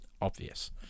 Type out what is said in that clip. obvious